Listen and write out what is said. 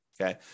okay